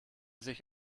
sich